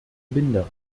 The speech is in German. binder